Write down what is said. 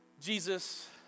Jesus